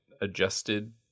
adjusted